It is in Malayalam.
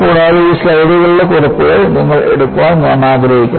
കൂടാതെ ഈ സ്ലൈഡുകളുടെ കുറിപ്പുകൾ നിങ്ങൾ എടുക്കാൻ ഞാൻ ആഗ്രഹിക്കുന്നു